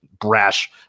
Brash